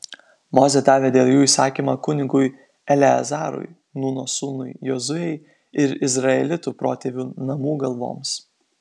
mozė davė dėl jų įsakymą kunigui eleazarui nūno sūnui jozuei ir izraelitų protėvių namų galvoms